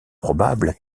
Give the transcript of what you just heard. probable